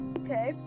okay